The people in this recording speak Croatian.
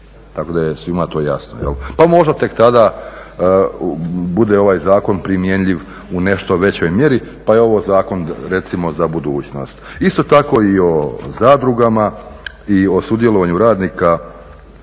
tako da je svima to jasno. Pa možda tek tada bude ovaj zakon primjenljiv u nešto većoj mjeri pa je ovo zakon recimo za budućnost. Isto tako i o zadrugama i o sudjelovanju radnika